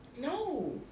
No